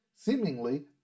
Seemingly